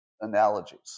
analogies